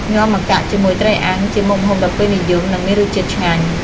ញាំម្កាក់ជាមួយត្រីអាំងជាមុខម្ហូបដ៏ពេញនិយមនិងមានរសជាតិឆ្ងាញ់។